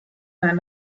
that